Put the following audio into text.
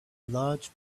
large